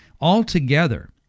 altogether